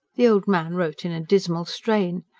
the old man wrote in a dismal strain.